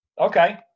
Okay